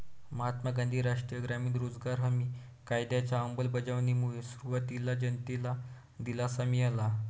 महात्मा गांधी राष्ट्रीय ग्रामीण रोजगार हमी कायद्याच्या अंमलबजावणीमुळे सुरुवातीला जनतेला दिलासा मिळाला